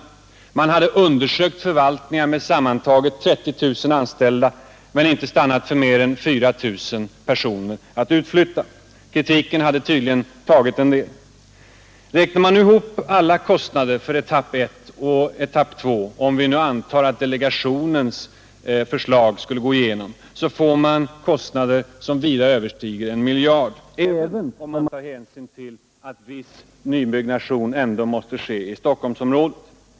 Delegationen hade undersökt förvaltningar med sammantaget 30 000 anställda men stannat för inte mer än 4 000 personer att flytta ut. Kritiken hade tydligen tagit en del. Räknar man ihop alla kostnader för etapp 1 och etapp 2, om vi nu antar att delegationens förslag skulle gå igenom, får man kostnader som vida överstiger 1 miljard kronor — även om man tar hänsyn till att viss nybyggnation ändå måste ske i Stockholmsområdet.